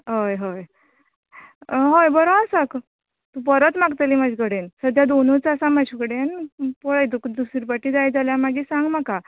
हय हय हय बरो आसा परत मागतली म्हाज्या कडेन सध्या दोनूच आसा म्हाज कडेन पळय तुका दुसरे पाटी जाय जाल्यार सांग म्हाका